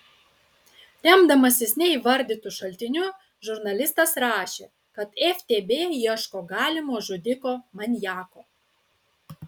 remdamasis neįvardytu šaltiniu žurnalistas rašė kad ftb ieško galimo žudiko maniako